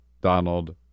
Donald